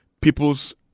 people's